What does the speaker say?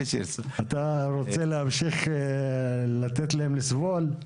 אתה רוצה להמשיך לתת להם לסבול?